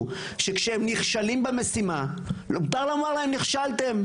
שכשהם נכשלים במשימה מותר לומר להם נכשלתם,